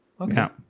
Okay